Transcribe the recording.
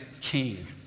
king